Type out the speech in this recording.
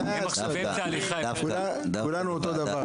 הכול טוב,